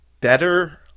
better